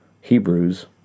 Hebrews